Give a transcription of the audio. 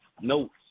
notes